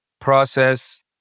Process